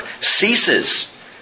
ceases